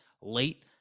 late